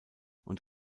und